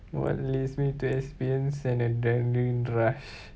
what leads me to experience an adrenaline rush